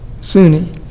Sunni